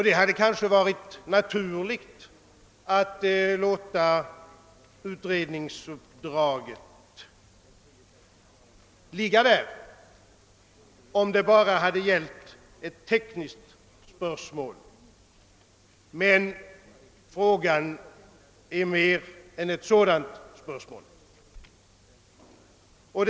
Det hade kanske varit naturligt att låta utredningsuppdraget ligga där, om det bara hade gällt ett tekniskt spörsmål. Men frågan är mer än ett sådant spörsmål.